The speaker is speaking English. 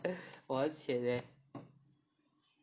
我很 sian leh